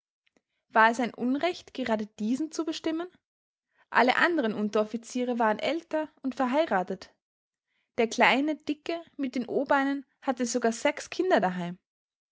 war es ein unrecht gerade diesen zu bestimmen alle anderen unteroffiziere waren älter und verheiratet der kleine dicke mit den o beinen hatte sogar sechs kinder daheim